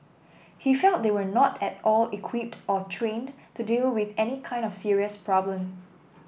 he felt they were not at all equipped or trained to deal with any kind of serious problem